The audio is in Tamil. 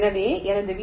ஆகவே எனது வி